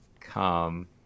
come